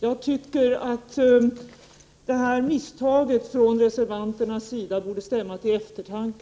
Jag tycker att detta misstag från reservanternas sida borde stämma till eftertanke.